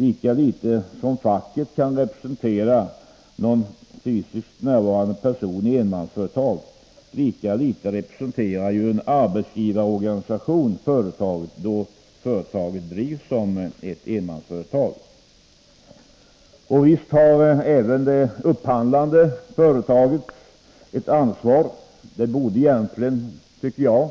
Lika litet som facket kan representera någon fysiskt närvarande person i enmansföretag, lika litet representerar ju en arbetsgivarorganisation företaget, när detta drivs som ett enmansföretag. Och visst har även det upphandlande företaget ett ansvar. Det borde egentligen, tycker jag,